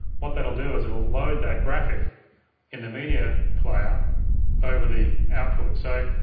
what that'll do is it'll load that graphic in the media player over the output. so,